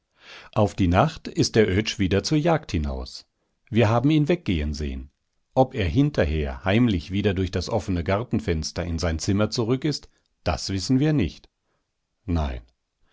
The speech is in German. auf die nacht ist der oetsch wieder zur jagd hinaus wir haben ihn weggehen sehen ob er hinterher heimlich wieder durch das offene gartenfenster in sein zimmer zurück ist das wissen wir nicht nein